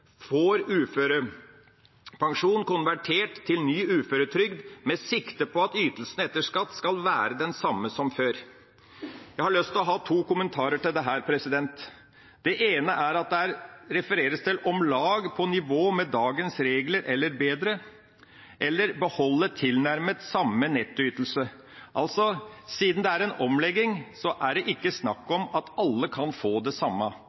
får uførepensjonen konvertert til ny uføretrygd, med sikte på at ytelsen etter skatt skal være den samme som før.» Jeg har lyst å knytte to kommentarer til dette. Det ene er at en sier «om lag på nivå med dagens regler eller bedre» eller «beholder tilnærmet samme nettoytelse». Siden det er en omlegging, er det altså ikke snakk om at alle kan få det samme.